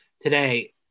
today